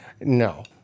No